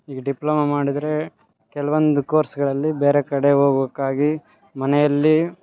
ಈಗ ಡಿಪ್ಲೋಮ ಮಾಡಿದರೆ ಕೆಲ್ವೊಂದು ಕೋರ್ಸ್ಗಳಲ್ಲಿ ಬೇರೆ ಕಡೆ ಹೋಗ್ಬೇಕಾಗಿ ಮನೆಯಲ್ಲಿ